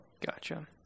gotcha